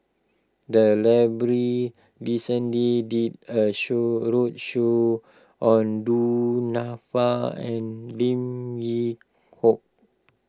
the library recently did a show a roadshow on Du Nanfa and Lim Yew Hock